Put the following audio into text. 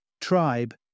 Tribe